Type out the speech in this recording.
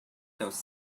those